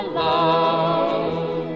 love